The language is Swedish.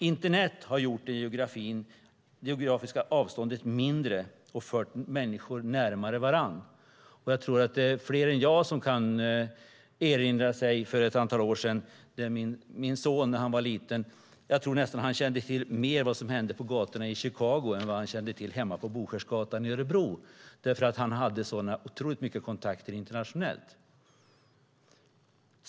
Internet har gjort det geografiska avståndet mindre och fört människor närmare varandra. Jag tror att det är fler än jag som kan erinra sig hur det var för ett antal år sedan. När min son var liten tror jag nästan att han kände till mer av vad som hände på gatorna i Chicago än vad han kände till det som hände hemma på Boskärsgatan i Örebro därför att han hade så otroligt många kontakter internationellt.